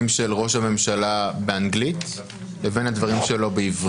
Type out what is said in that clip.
של ראש הממשלה באנגלית לבין הדברים שלו בעברית?